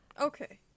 Okay